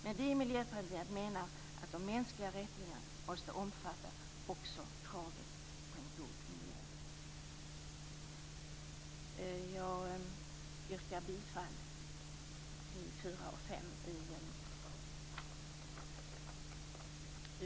Men vi i Miljöpartiet menar att de mänskliga rättigheterna måste omfatta också kravet på en god miljö. Jag yrkar bifall till reservationerna 4 och 5 till